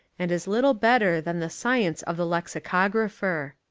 and is little better than the science of the lexicographer.